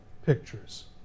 pictures